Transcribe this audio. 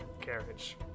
carriage